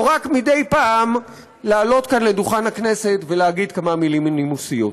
או רק מדי פעם לעלות כאן לדוכן הכנסת ולהגיד כמה מילים נימוסיות.